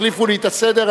החליפו לי את הסדר,